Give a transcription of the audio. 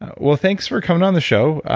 well, thanks for coming on the show.